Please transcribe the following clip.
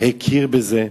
הכיר בזה,